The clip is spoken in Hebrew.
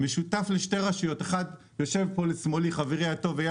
משותף לשתי רשויות כפר ורדים